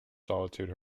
solitude